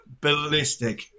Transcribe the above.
ballistic